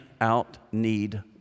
out-need